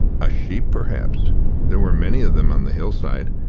a sheep, perhaps there were many of them on the hillsides.